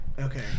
Okay